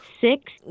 six